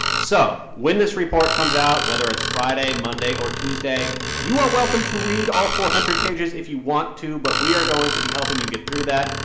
so when this report comes out whether it's friday, monday or tuesday you are welcome to read all four hundred pages if you want to, but we are going to be helping you get through that.